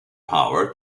power